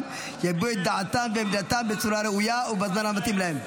יביעו את דעתם ועמדתם בצורה ראויה ובזמן המתאים להם.